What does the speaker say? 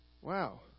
wow